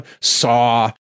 Saw